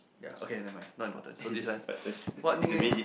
ya okay nevermind not important so this one what nicknames